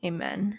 Amen